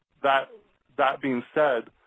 that that being said,